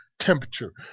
temperature